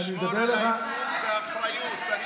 תשמור על האיפוק והאחריות.